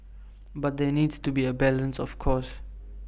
but there needs to be A balance of course